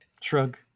Shrug